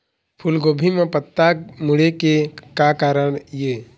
फूलगोभी म पत्ता मुड़े के का कारण ये?